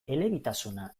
elebitasuna